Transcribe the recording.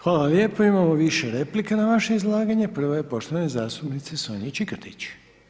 Hvala vam lijepo, imamo više replika na vaše izlaganje, prvo je poštovane zastupnice Sonje Čikotić.